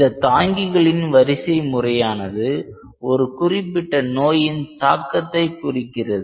இந்தக் தாங்கிகளின் வரிசைமுறையானது ஒரு குறிப்பிட்ட நோயின் தாக்கத்தை குறிக்கிறது